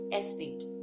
estate